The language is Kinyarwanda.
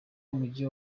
umujyi